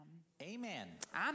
Amen